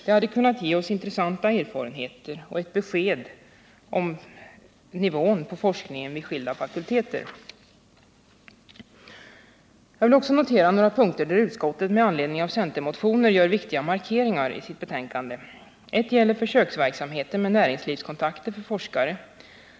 Det hade kunnat ge oss intressanta erfarenheter och ett besked om nivån på forskningen vid skilda fakulteter. Jag vill också notera några punkter där utskottet med anledning av centermotioner gör viktiga markeringar i sitt betänkande. En punkt gäller försöksverksamhet med näringslivskontakter för forskare.